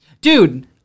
Dude